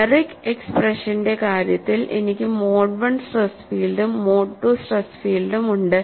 generic എക്സ്പ്രഷന്റെ കാര്യത്തിൽ എനിക്ക് മോഡ് I സ്ട്രെസ് ഫീൽഡും മോഡ് II സ്ട്രെസ് ഫീൽഡും ഉണ്ട്